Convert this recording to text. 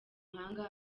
umuhanga